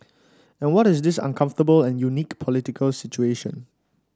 and what is this uncomfortable and unique political situation